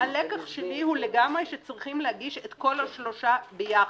הלקח שלי הוא שצריך להגיש את כל השלושה ביחד.